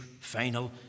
final